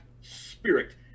spirit